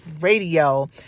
Radio